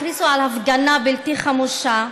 הכריזו על הפגנה בלתי חמושה,